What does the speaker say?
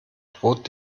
droht